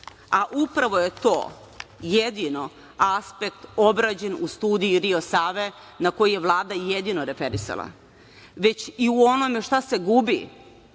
a upravo je to jedino aspekt obrađen u studiji „Rio Save“ na koji je Vlada jedino referisala, već i u onome šta se gubi,